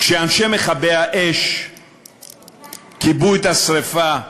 כשאנשי מכבי-האש כיבו את השרפה בכרמל,